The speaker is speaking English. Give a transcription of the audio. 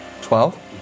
Twelve